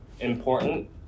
important